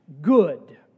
good